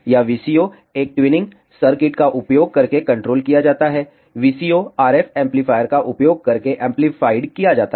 यह VCO एक tuning circuit का उपयोग करके कंट्रोल किया जाता है VCO RF एम्पलीफायर का उपयोग करके एम्प्लिफाइड किया जाता है